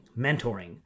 mentoring